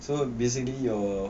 so basically your